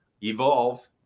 Evolve